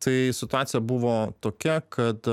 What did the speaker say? tai situacija buvo tokia kad